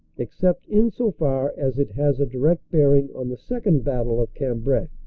except insofar as it has a direct bearing on the second battle of cambrai.